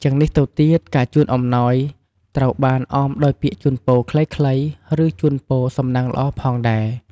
ជាងនេះទៅទៀត ការជូនអំណោយត្រូវបានអមដោយពាក្យជូនពរខ្លីៗ ឬជូនពរសំណាងល្អផងដែរ។